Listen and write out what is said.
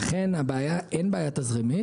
לכן אין בעיה תזרימית.